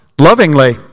lovingly